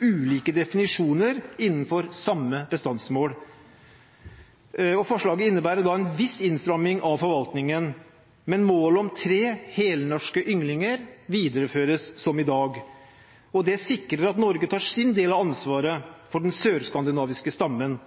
ulike definisjoner innenfor samme bestandsmål. Forslaget innebærer en viss innstramming av forvaltningen, men målet om tre helnorske ynglinger videreføres som i dag, noe som sikrer at Norge tar sin del av ansvaret for den sørskandinaviske stammen.